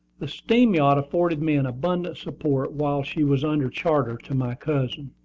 the steam-yacht afforded me an abundant support while she was under charter to my cousin.